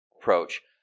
approach